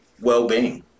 well-being